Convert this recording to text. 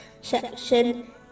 section